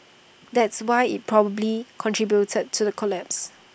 that's why IT probably contributed to the collapse